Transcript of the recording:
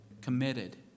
committed